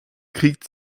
kriegt